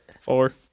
Four